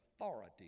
authority